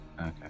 Okay